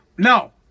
No